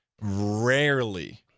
Rarely